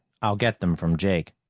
i'll get them from jake.